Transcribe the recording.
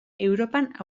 europak